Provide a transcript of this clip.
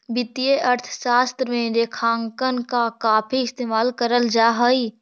वित्तीय अर्थशास्त्र में रेखांकन का काफी इस्तेमाल करल जा हई